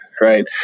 right